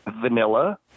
vanilla